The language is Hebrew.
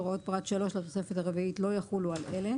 הוראות פרט 3 לתוספת הרביעית לא יחולו על אלה: